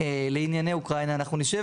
צריך לייצר